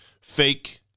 fake